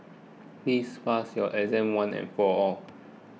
please pass your one and for all